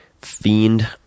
fiend